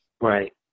right